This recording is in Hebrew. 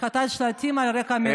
השחתת שלטים על רקע מגדרי.